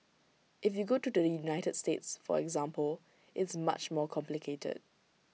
if you go to the united states for example it's much more complicated